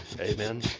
amen